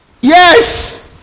Yes